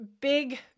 big